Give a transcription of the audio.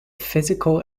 physical